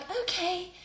okay